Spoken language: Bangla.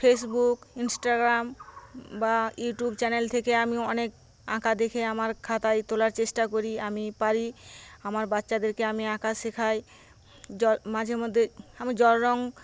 ফেসবুক ইনস্টাগ্রাম বা ইউটিউব চ্যানেল থেকে আমি অনেক আঁকা দেখে আমার খাতায় তোলার চেষ্টা করি আমি পারি আমার বাচ্ছাদেরকে আমি আঁকা শেখাই মাঝে মধ্যে আমি জলরঙ